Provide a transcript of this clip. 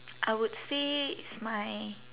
I would say it's my